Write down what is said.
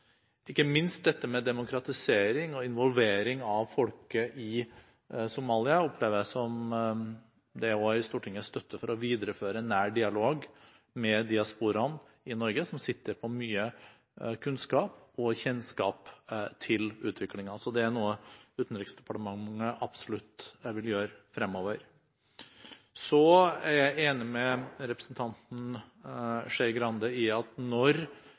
Ikke minst når det gjelder demokratisering og involvering av folket i Somalia, opplever jeg det som at det er støtte i Stortinget for å videreføre nær dialog med diasporaen i Norge, som sitter på mye kunnskap og kjennskap til utviklingen. Det er noe Utenriksdepartementet absolutt vil gjøre fremover. Så er jeg enig med representanten Skei Grande i at når